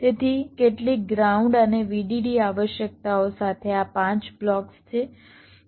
તેથી કેટલીક ગ્રાઉન્ડ અને VDD આવશ્યકતાઓ સાથે આ પાંચ બ્લોક્સ છે